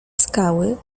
skały